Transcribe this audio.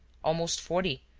almost forty,